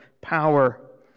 power